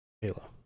Halo